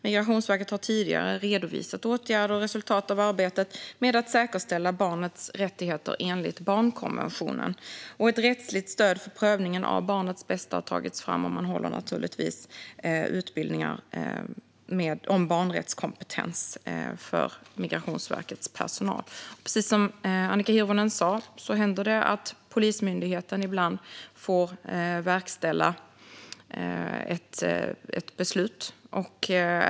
Migrationsverket har tidigare redovisat åtgärder och resultat av arbetet med att säkerställa barnets rättigheter enligt barnkonventionen. Ett rättsligt stöd för prövningen av barnets bästa har tagits fram, och man håller givetvis utbildningar om barnrättskompetens för Migrationsverkets personal. Precis som Annika Hirvonen sa händer det ibland att Polismyndigheten får verkställa ett beslut.